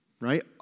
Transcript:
right